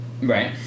Right